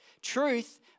Truth